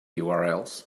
urls